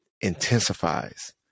intensifies